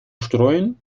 streuen